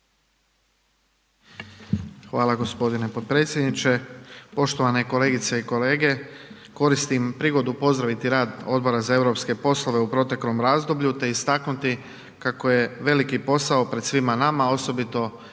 Hvala gospodine potpredsjedniče. Poštovane kolegice i kolege koristim prigodu pozdraviti rad Odbora za europske poslove u proteklom razdoblju te istaknuti kako je veliki posao pred svima nama osobito